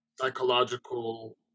psychological